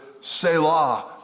selah